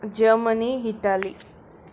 Germany Italy